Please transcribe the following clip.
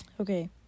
Okay